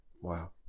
wow